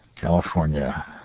California